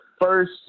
first